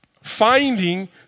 finding